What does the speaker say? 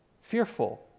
fearful